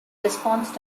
response